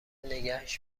نگهش